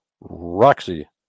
Roxy